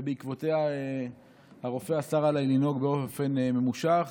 ובעקבותיה הרופא אסר עליי לנהוג באופן ממושך.